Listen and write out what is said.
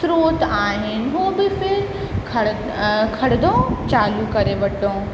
स्त्रोत आहिनि उहो बि फिर खड़ खणंदो चालू करे वठूं